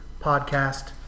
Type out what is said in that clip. podcast